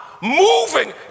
moving